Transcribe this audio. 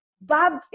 Bob